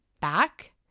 back